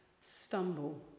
stumble